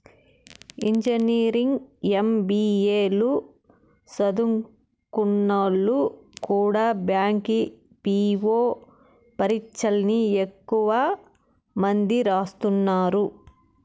engineering, MBA లు సదుంకున్నోల్లు కూడా బ్యాంకి పీ.వో పరీచ్చల్ని ఎక్కువ మంది రాస్తున్నారు